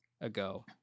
ago